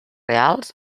reals